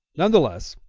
nevertheless,